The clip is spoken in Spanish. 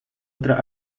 otra